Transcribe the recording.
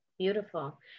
Beautiful